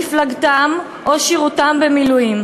מפלגתם או שירותם במילואים,